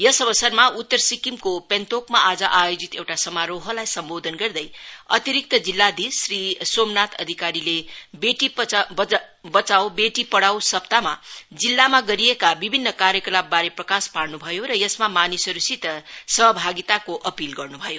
यस अवसरमा उत्तर सिक्किमको पेन्तोकमा आज आयोजित एउटा समारोहलाई सम्बोधन गर्दै अतिरिक्त जिल्लाधीश श्री सोमनाथ अधिकारीले बेटी बचाऊ बेटी पढाउँ सप्ताहमा जिल्लामा गरिएका विभिन्न कार्यकलापबारे प्रकाश पार्नु भयो र यसमा मानिसहरूसित सहभागिताको अपील गर्नु भयो